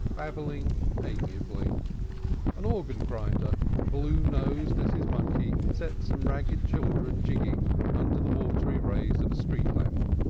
babbling amiably an organ-grinder, blue-nosed as his monkey, set some ragged children jigging under the watery rays of a street-lamp.